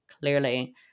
clearly